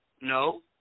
no